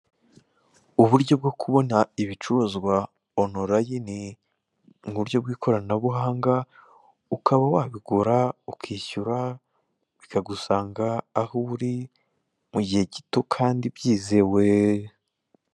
Uburyo bwo kubona ibicuruzwa onurayini mu buryo bw'ikoranabuhanga, ukaba wabigura, ukishyura, bikagusanga aho uri, mu gihe gito kandi byizewe.